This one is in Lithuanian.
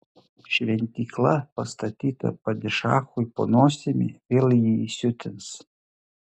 šventykla pastatyta padišachui po nosimi vėl jį įsiutins